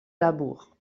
labour